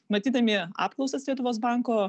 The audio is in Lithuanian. matydami apklausas lietuvos banko